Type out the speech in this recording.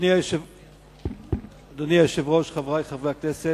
אדוני היושב-ראש, חברי חברי הכנסת,